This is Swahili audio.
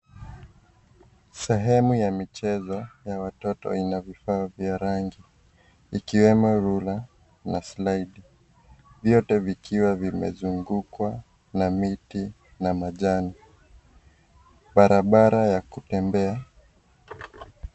Sehemu ya michezo ya watoto ina vifaa vya rangi ikiwemo rula na slide , vyote vikiwa vimezungukwa na miti na majani, barabara ya kutembea